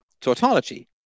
tautology